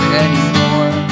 anymore